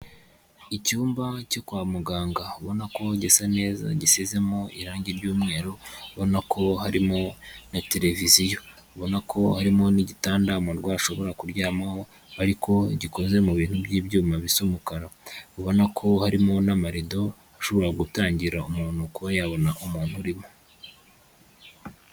Icyumba cyo kwa muganga ubona ko gisa neza gisizemo irange ry'umweru, ubona ko harimo na televiziyo. Ubona ko harimo n'igitanda umurwayi ashobora kuryamaho, ariko gikoze mu bintu by'ibyuma bisa umukara, ubona ko harimo n'amarido ashobora gutangira umuntu kuba yabona umuntu urimo.